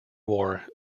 war